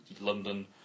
London